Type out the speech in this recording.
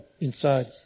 inside